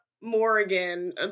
Morgan